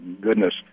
goodness